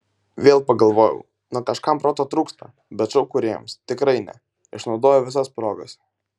vėl pagalvojau na kažkam proto trūksta bet šou kūrėjams tikrai ne išnaudoja visas progas